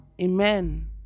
Amen